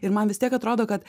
ir man vis tiek atrodo kad